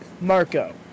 Marco